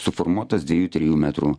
suformuotas dviejų trijų metrų